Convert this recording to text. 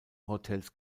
hotels